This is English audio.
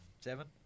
seven